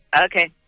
Okay